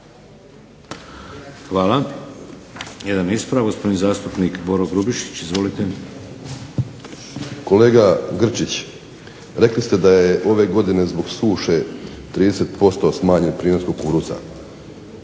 Hvala. Jedan ispravak, gospodin zastupnik Boro Grubišić. Izvolite. **Grubišić, Boro (HDSSB)** Kolega Grčić, rekli ste da je ove godine zbog suše 30% smanjen prinos kukuruza.